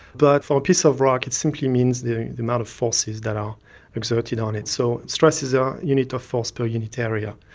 but for a piece of rock it simply means the the amount of forces that are exerted on it. so stress is a unit of force per unit area.